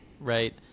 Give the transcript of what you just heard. right